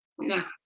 now